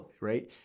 right